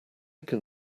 can